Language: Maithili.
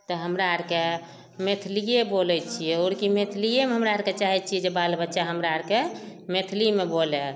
तऽ हमरा आरके मैथिलीये बोलै छियै आओर कि मैथिलीयेमे हमरा आरके चाहै छियै जे बाल बच्चा हमरा आरके मैथिलीमे बोलए